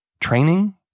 training